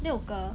六格